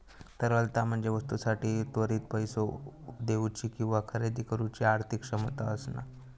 तरलता म्हणजे वस्तूंसाठी त्वरित पैसो देउची किंवा खरेदी करुची आर्थिक क्षमता असणा